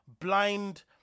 blind